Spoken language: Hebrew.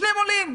שניהם עולים.